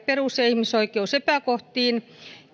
perus ja ihmisoikeusepäkohtiin